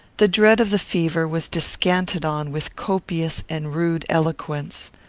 the dread of the fever was descanted on with copious and rude eloquence.